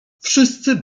wszyscy